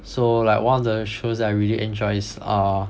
so like one of the shows that I really enjoy is err